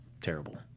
terrible